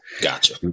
Gotcha